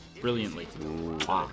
brilliantly